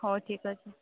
ହଉ ଠିକ୍ ଅଛି